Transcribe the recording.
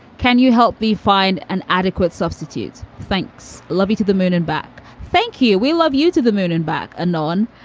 can you help me find an adequate substitute? thanks. love you to the moon and back. thank you. we love you to the moon and back anon.